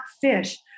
fish